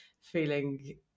feeling